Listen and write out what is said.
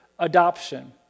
adoption